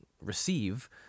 receive